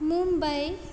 Mumbai